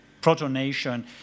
proto-nation